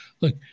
look